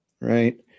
right